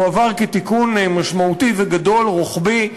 הוא עבר כתיקון משמעותי וגדול, רוחבי,